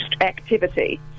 activity